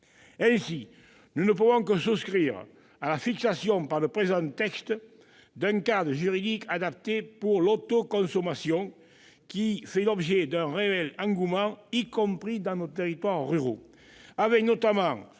Ainsi, nous ne pouvons que souscrire à la fixation par le présent texte d'un cadre juridique adapté pour l'autoconsommation, qui fait l'objet d'un réel engouement, y compris dans les territoires ruraux. C'est notamment